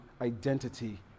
identity